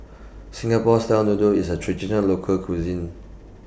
Singapore Style Noodles IS A Traditional Local Cuisine